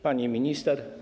Pani Minister!